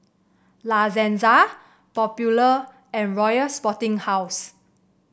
La Senza Popular and Royal Sporting House